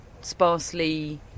sparsely